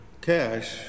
cash